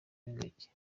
b’ingagi